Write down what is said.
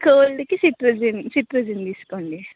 కోల్డ్కి cetirizine cetirizine తీసుకోండి